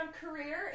career